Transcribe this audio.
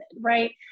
right